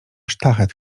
sztachet